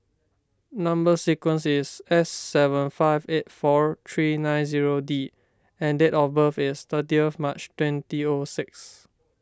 Number Sequence is S seven five eight four three nine zero D and date of birth is thirty March twenty O six